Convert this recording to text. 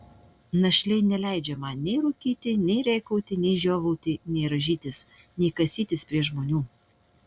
našlė neleidžia man nei rūkyti nei rėkauti nei žiovauti nei rąžytis nei kasytis prie žmonių